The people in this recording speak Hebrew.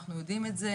אנחנו יודעים את זה,